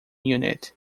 unit